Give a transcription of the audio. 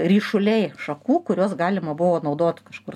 ryšuliai šakų kuriuos galima buvo naudot kažkur